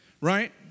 Right